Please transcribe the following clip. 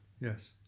Yes